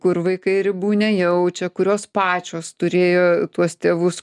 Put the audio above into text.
kur vaikai ribų nejaučia kurios pačios turėjo tuos tėvus